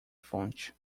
fonte